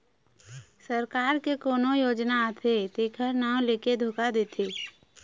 सरकार के कोनो योजना आथे तेखर नांव लेके धोखा देथे